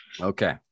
Okay